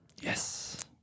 yes